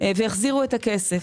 החזירו את הכסף.